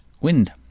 Wind